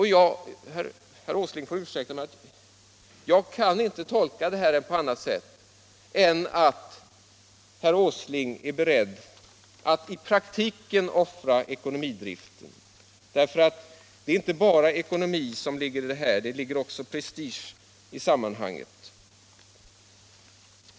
Herr Åsling får ursäkta, men jag kan inte tolka detta på annat sätt än att herr Åsling är beredd att i praktiken offra ekonomidriften. För det är inte bara ekonomi utan också prestige som kommer in i sammanhanget.